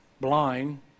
blind